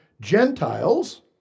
Gentiles